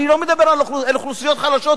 אני לא מדבר על אוכלוסיות חלשות,